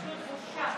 פשוט בושה.